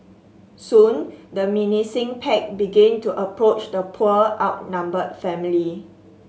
soon the menacing pack begin to approach the poor outnumbered family